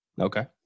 Okay